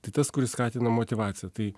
tai tas kuris skatina motyvaciją tai